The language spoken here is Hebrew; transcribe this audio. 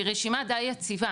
והיא רשימה די יציבה.